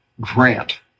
grant